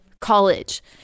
college